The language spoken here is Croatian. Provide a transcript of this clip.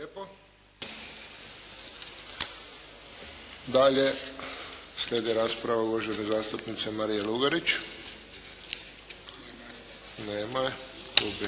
lijepo. Dalje slijedi rasprava. Uvažena zastupnica Marija Lugarić. Nema je. Gubi